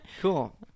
Cool